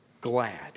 glad